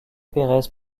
perez